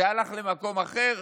זה הלך למקום אחר,